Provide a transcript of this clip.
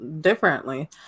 differently